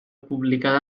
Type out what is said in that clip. publicada